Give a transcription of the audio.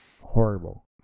Horrible